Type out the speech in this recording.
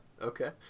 okay